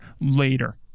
later